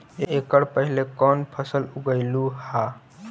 एकड़ पहले कौन फसल उगएलू हा?